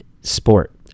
sport